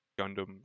Gundam